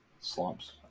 slumps